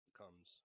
comes